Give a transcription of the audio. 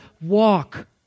walk